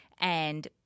and-